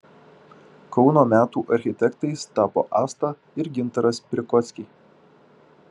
kauno metų architektais tapo asta ir gintaras prikockiai